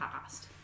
past